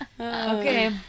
Okay